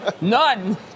None